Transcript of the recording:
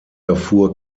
erfuhr